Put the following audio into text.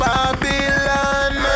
Babylon